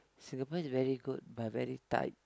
Singapore is very good but very tight